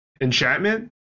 enchantment